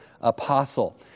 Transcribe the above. Apostle